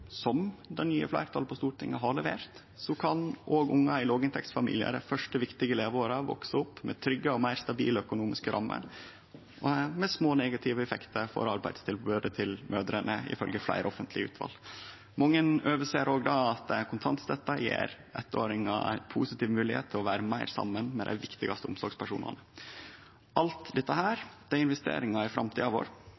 slik det nye fleirtalet på Stortinget har levert, kan òg ungar i låginntektsfamiliar i dei første viktige leveåra vekse opp med trygge og meir stabile økonomiske rammer – med små negative effektar for arbeidstilbodet til mødrene, ifølgje fleire offentlege utval. Mange overser òg at kontantstøtta gjev eittåringar ein positiv moglegheit til å vere meir saman med dei viktigaste omsorgspersonane. Alt dette